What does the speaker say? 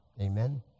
Amen